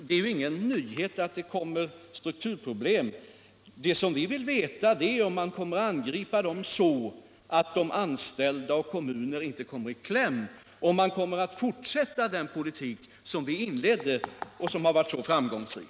Det är ingen nyhet att det kommer strukturproblem. Det som vi vill veta är om regeringen kommer att angripa dessa problem, så att anställda och kommuner inte kommer i kläm, och om regeringen kommer att fortsätta den politik som vi inledde och som har varit så framgångsrik.